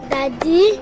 Daddy